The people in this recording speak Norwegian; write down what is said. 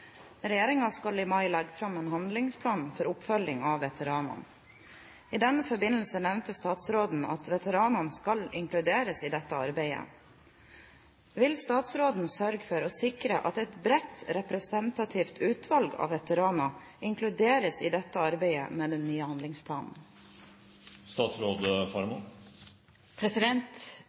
skal i mai legge frem en handlingsplan for oppfølging av veteraner. I denne forbindelse nevnte statsråden at veteranene skal inkluderes i dette arbeidet. Vil statsråden sørge for å sikre at et bredt representativt utvalg av veteraner inkluderes i arbeidet med denne handlingsplanen?»